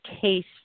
case